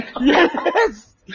Yes